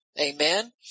Amen